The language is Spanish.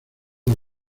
las